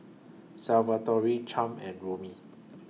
Salvatore Champ and Romie